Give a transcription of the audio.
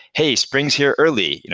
hey, spring is here early. you know